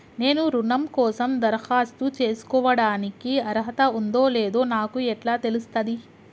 నేను రుణం కోసం దరఖాస్తు చేసుకోవడానికి అర్హత ఉందో లేదో నాకు ఎట్లా తెలుస్తది?